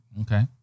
Okay